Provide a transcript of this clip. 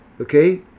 okay